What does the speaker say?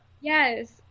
Yes